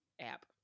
app